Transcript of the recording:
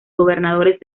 gobernadores